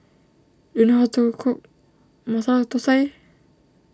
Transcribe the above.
do you know how to cook Masala Thosai